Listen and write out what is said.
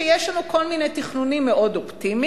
שיש לנו כל מיני תכנונים מאוד אופטימיים,